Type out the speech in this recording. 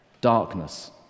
darkness